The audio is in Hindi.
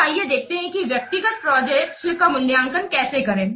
अब आइए देखें कि व्यक्तिगत प्रोजेक्ट्स का मूल्यांकन कैसे करें